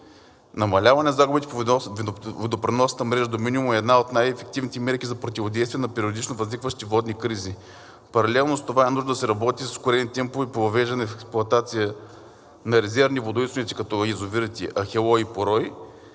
Намаляване на загубите по водопреносната мрежа до минимум е една от най-ефективните мерки за противодействие на периодично възникващи водни кризи. Паралелно с това е нужно да се работи с ускорени темпове по въвеждане в експлоатация на резервни водоизточници, като язовирите „Ахелой“ и „Порой“,